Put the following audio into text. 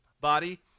body